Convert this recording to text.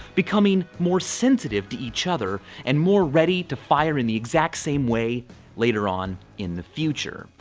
becoming more sensitive to each other and more ready to fire in the exact same way later on in the future.